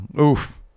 Oof